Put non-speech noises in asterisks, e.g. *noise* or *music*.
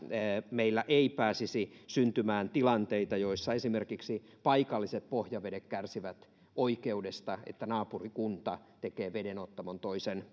meillä ei pääsisi syntymään tilanteita joissa esimerkiksi paikalliset pohjavedet kärsivät siitä oikeudesta että naapurikunta tekee vedenottamon toisen *unintelligible*